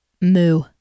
Moo